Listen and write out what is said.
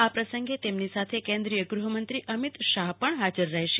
આ પ્રસંગે તેમની સાથે કેન્દ્રિય ગ્રહમંત્રી અમિત શાહ પણ હાજર રહેશે